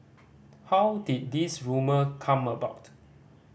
how did this rumour come about